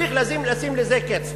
צריך לשים לזה קץ.